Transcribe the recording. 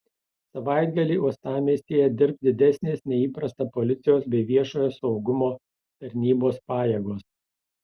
savaitgalį uostamiestyje dirbs didesnės nei įprasta policijos bei viešojo saugumo tarnybos pajėgos